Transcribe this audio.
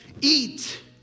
eat